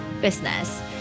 business